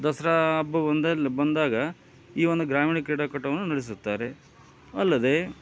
ದಸರಾ ಹಬ್ಬ ಬಂದಲ್ ಬಂದಾಗ ಈ ಒಂದು ಗ್ರಾಮೀಣ ಕ್ರೀಡಾಕೂಟವನ್ನು ನಡೆಸುತ್ತಾರೆ ಅಲ್ಲದೆ